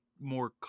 more